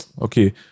okay